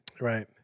Right